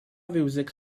fiwsig